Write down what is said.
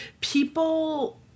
people